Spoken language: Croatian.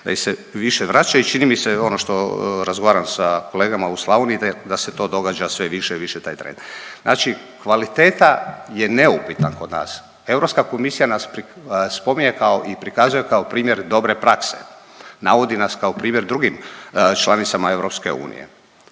ih se više vraća i čini mi se ono što razgovaram sa kolegama u Slavoniji da se to događa sve više i više taj trend. Znači kvaliteta je neupitna kod nas. Europska komisija nas spominje kao i prikazuje kao primjer dobre prakse. Navodi nas kao primjer drugim članicama EU. Nismo